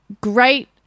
great